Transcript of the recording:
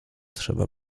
trzeba